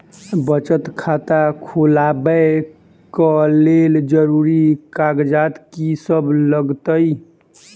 बचत खाता खोलाबै कऽ लेल जरूरी कागजात की सब लगतइ?